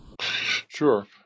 Sure